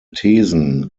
thesen